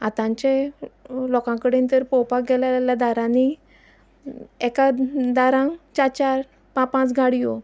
आतांचे लोकां कडेन तर पळोवपाक गेल्यार दारांनी एका दारांक चार चार पांच पांच गाडयो